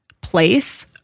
place